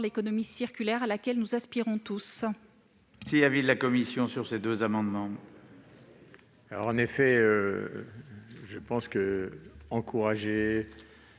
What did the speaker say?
l'économie circulaire, à laquelle nous aspirons tous.